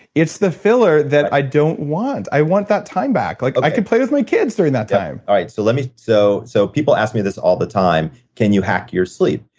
it's the filler that i don't want. i want that time back. like i could play with my kids during that time yep, all right. so, let me. so so, people ask me this all the time. can you hack your sleep?